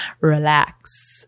RELAX